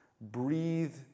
Breathe